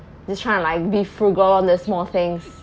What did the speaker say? just trying to like be frugal on this small things